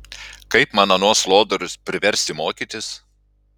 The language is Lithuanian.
kaip man anuos lodorius priversti mokytis